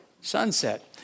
sunset